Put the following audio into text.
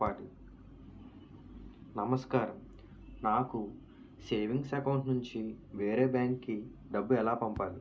నమస్కారం నాకు savings account నుంచి వేరే బ్యాంక్ కి డబ్బు ఎలా పంపాలి?